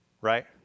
right